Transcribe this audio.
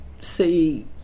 see